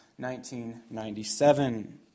1997